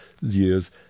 years